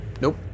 Nope